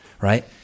right